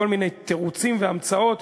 כל מיני תירוצים והמצאות,